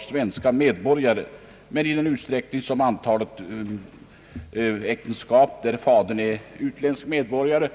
svenska medborgare. Dessa problem uppstår när det ingås äktenskap där fadern är utländsk medborgare.